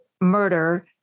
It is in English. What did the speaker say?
murder